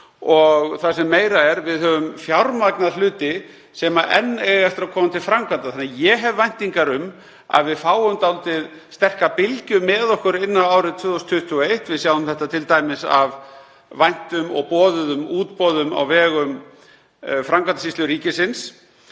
og það sem meira er, við höfum fjármagnað hluti sem enn eiga eftir að koma til framkvæmda. Þannig að ég hef væntingar um að við fáum dálítið sterka bylgju með okkur inn á árið 2021. Við sjáum þetta t.d. af væntum og boðuðum útboðum á vegum Framkvæmdasýslu ríkisins,